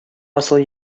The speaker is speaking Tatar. асыл